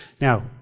now